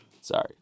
sorry